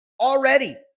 already